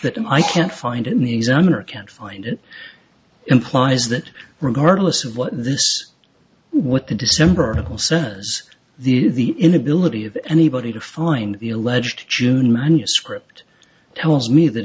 that i can't find it in the examiner can't find it implies that regardless of what this what the december serves the inability of anybody to find the alleged june manuscript tells me that